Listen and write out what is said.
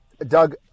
Doug